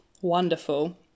wonderful